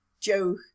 joke